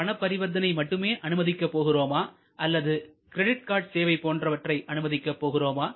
பணப்பரிவர்த்தனை மட்டுமே அனுமதிக்கப் போகிறோமா அல்லது கிரெடிட் கார்டு சேவை போன்றவற்றை அனுமதிக்கப் போகிறோமா